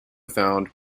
found